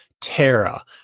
Tara